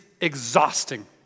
exhausting